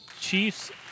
Chiefs